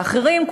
ואחרים,